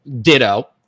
Ditto